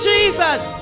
Jesus